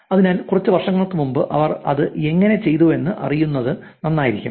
അതിനാൽ കുറച്ച് വർഷങ്ങൾക്ക് മുമ്പ് അവർ അത് എങ്ങനെ ചെയ്തുവെന്ന് അറിയുന്നത് നന്നായിരിക്കും